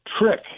trick